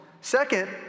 Second